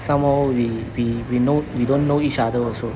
some more we we we know we don't know each other also